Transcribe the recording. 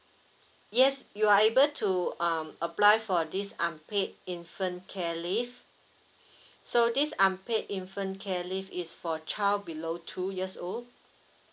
yes you are able to um apply for this unpaid infant care leave so this unpaid infant care leave is for child below two years old